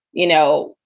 you know,